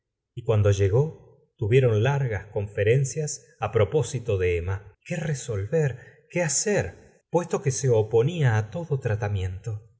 y cuando llegó tuvieron largas conferencias á propósito de emma qué resolver qué hacer puesto que se oponía á todo tratamiento